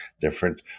different